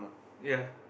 ya